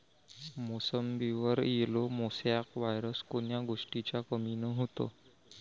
मोसंबीवर yellow mosaic virus कोन्या गोष्टीच्या कमीनं होते?